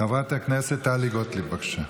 חברת הכנסת טלי גוטליב, בבקשה.